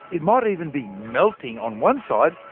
it might even be melting on one side,